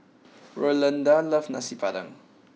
Rolanda loves Nasi Padang